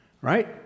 Right